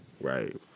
Right